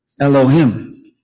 Elohim